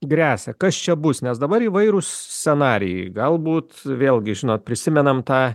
gresia kas čia bus nes dabar įvairūs scenarijai galbūt vėlgi žinot prisimenam tą